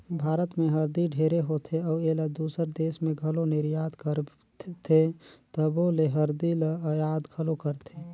भारत में हरदी ढेरे होथे अउ एला दूसर देस में घलो निरयात करथे तबो ले हरदी ल अयात घलो करथें